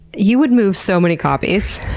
you would move so many copies.